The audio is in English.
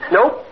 Nope